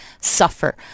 suffer